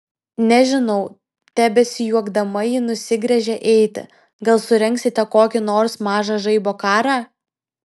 nežinau tebesijuokdama ji nusigręžė eiti gal surengsite kokį nors mažą žaibo karą